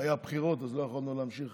היו בחירות, אז לא יכולנו להמשיך